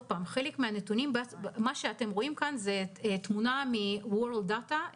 אתם רואים פה תמונה מ-our world in data,